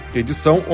edição